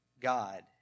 God